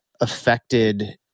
affected